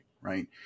right